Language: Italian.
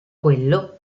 quello